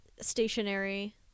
stationary